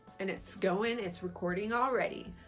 and it's going it's recording already.